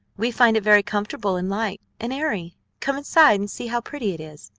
we find it very comfortable and light and airy. come inside, and see how pretty it is.